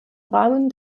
rahmen